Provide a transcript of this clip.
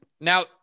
Now